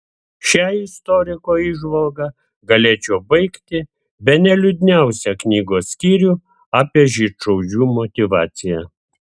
šia istoriko įžvalga galėčiau baigti bene liūdniausią knygos skyrių apie žydšaudžių motyvaciją